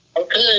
Okay